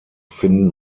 finden